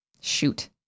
Shoot